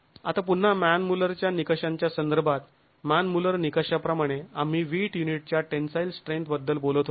आता पुन्हा मान मुल्लरच्या निकषांच्या संदर्भात मान मुल्लर निकषाप्रमाणे आम्ही विट युनिटच्या टेन्साईल स्ट्रेंथ बद्दल बोलत होतो